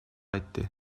etti